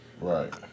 Right